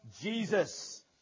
Jesus